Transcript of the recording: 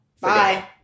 Bye